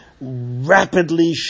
rapidly